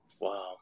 Wow